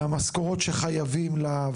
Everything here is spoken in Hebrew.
מהמשכורות שחייבים לה,